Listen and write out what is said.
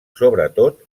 sobretot